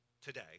today